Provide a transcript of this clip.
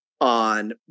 on